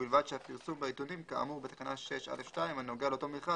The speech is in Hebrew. ובלבד שהפרסום בעיתונים כאמור בתקנה 6(א)(2) הנוגע לאותו מכרז,